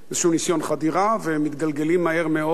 באיזה ניסיון חדירה ומתגלגלים מהר מאוד,